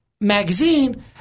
magazine